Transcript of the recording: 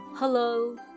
Hello